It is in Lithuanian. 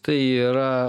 tai yra